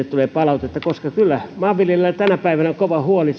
tulee palautetta koska kyllä maanviljelijällä on tänä päivänä kova huoli